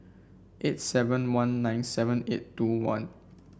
eight seven one nine seven eight two one